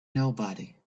nobody